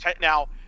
now